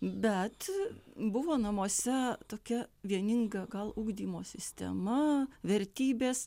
bet buvo namuose tokia vieninga gal ugdymo sistema vertybės